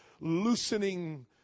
loosening